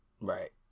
Right